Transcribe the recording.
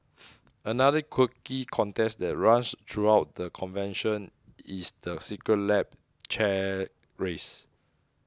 another quirky contest that runs throughout the convention is the Secret Lab chair race